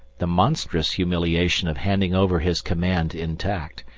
the monstrous humiliation of handing over his command intact,